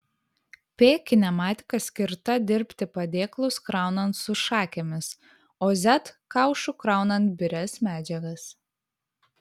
p kinematika skirta dirbti padėklus kraunant su šakėmis o z kaušu kraunant birias medžiagas